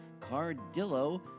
Cardillo